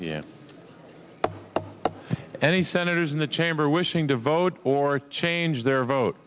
yeah any senators in the chamber wishing to vote or change their vote